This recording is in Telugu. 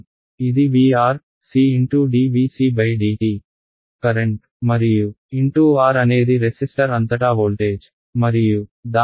ఇది VR C × dvcdt కరెంట్ మరియు × R అనేది రెసిస్టర్ అంతటా వోల్టేజ్ మరియు దాని యొక్క ఈ L ×d VL dt